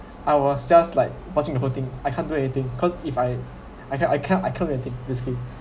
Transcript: I was just like watching the whole thing I can't do anything cause if I I can't I can't I can't do anything basically